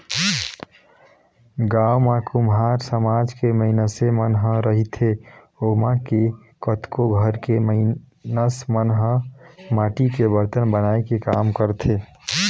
गाँव म कुम्हार समाज के मइनसे मन ह रहिथे ओमा के कतको घर के मइनस मन ह माटी के बरतन बनाए के काम करथे